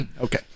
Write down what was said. Okay